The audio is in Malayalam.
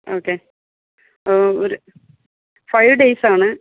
ഓക്കെ ഒരു ഫൈവ് ഡെയ്സാണ്